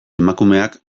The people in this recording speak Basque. emakumeak